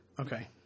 Okay